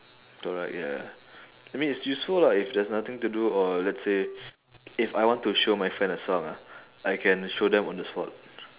correct ya I mean it's useful lah if there's nothing to do or let's say if I want to show my friend a song ah I can show them on the spot